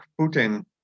Putin